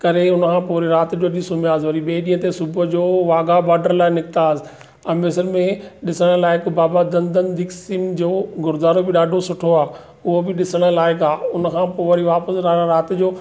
करे उनखां पोइ वरी राति जो अची सुम्हीयासीं वरी ॿिए ॾींहं ते सुबुह जो वाघा बॉर्डर लाइ निकितासीं अमृतसर में ॾिसण लाइ हिकु बाबा धन धन दीप सिंह जो गुरुद्वारो बि ॾाढो सुठो आहे उहो बि ॾिसण लाइक़ु आहे उनखां पोइ वरी वापसि रा रा राति जो